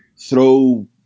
throw